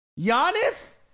Giannis